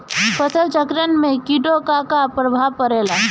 फसल चक्रण में कीटो का का परभाव होला?